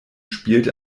spielte